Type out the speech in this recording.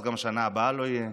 אז גם בשנה הבאה לא יהיה.